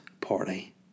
party